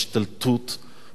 פרועה על אדמות הנגב,